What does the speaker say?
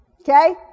Okay